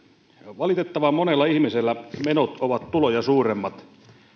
valitettavan monella ihmisellä menot ovat tuloja suuremmat